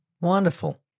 wonderful